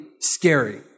scary